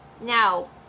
Now